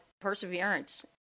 Perseverance